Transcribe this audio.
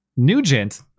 Nugent